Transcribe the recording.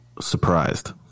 surprised